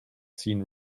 seen